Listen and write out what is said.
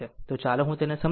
તો ચાલો હું તેને સમજાવું